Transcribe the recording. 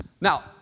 Now